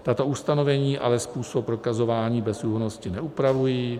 Tato ustanovení ale způsob prokazování bezúhonnosti neupravují.